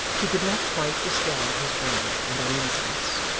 he could not quite discard his wonder and uneasiness.